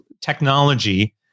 technology